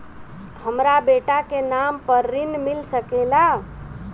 हमरा बेटा के नाम पर ऋण मिल सकेला?